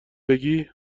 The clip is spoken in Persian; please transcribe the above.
بگی